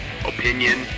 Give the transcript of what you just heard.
opinion